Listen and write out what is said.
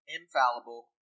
infallible